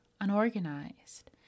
unorganized